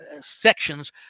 sections